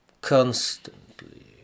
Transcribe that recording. Constantly